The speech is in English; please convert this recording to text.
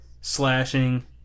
slashing